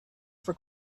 for